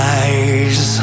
eyes